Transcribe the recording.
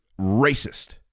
racist